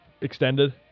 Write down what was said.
extended